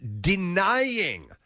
denying